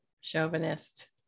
chauvinist